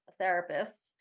therapists